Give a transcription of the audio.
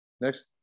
next